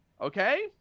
Okay